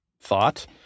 thought